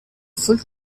full